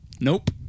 Nope